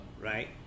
right